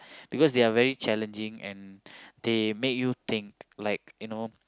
because they are very challenging and they make you think like you know